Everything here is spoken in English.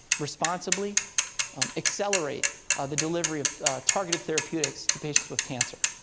responsibly accelerate the delivery of targeted therapeutics to patients with cancer.